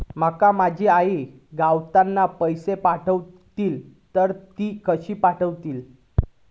माका माझी आई गावातना पैसे पाठवतीला तर ती कशी पाठवतली?